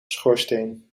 schoorsteen